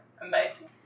Amazing